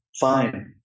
Fine